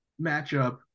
matchup